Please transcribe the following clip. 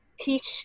teach